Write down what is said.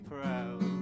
proud